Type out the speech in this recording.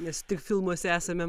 nes tik filmuose esame